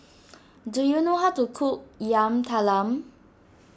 do you know how to cook Yam Talam